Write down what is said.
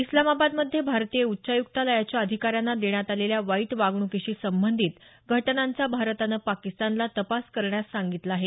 इस्लामाबादमध्ये भारतीय उच्चायुक्तालयाच्या अधिकाऱ्यांना देण्यात आलेल्या वाईट वागण्कीशी संबंधित घटनांचा भारतानं पाकिस्तानला तपास करण्यास सांगितलं आहे